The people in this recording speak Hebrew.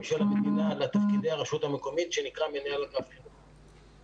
של המדינה לתפקידי הרשות המקומית שנקרא מנהל אגף חינוך.